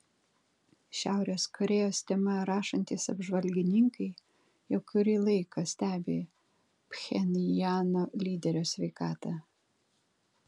šiaurės korėjos tema rašantys apžvalgininkai jau kurį laiko stebi pchenjano lyderio sveikatą